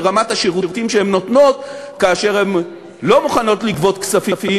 ברמת השירותים שהן נותנות כאשר הן לא מוכנות לגבות כספים,